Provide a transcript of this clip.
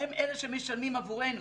הם אלה שמשלמים עבורנו